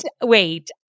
Wait